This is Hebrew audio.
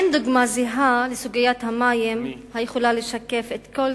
אין דוגמה זהה לסוגיית המים היכולה לשקף את כל